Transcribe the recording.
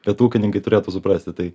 bet ūkininkai turėtų suprasti tai